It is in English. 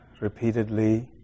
repeatedly